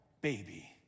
baby